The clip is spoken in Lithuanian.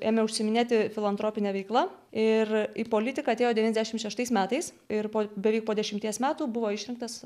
ėmė užsiiminėti filantropine veikla ir į politiką atėjo devyniasdešim šeštais metais ir po beveik po dešimties metų buvo išrinktas